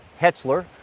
Hetzler